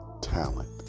talent